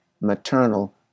maternal